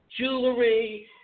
jewelry